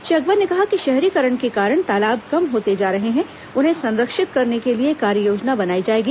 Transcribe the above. श्री अकबर ने कहा कि शहरीकरण के कारण तालाब कम होते जा रहे हैं उन्हें संरक्षित करने के लिए कार्ययोजना बनाई जाएगी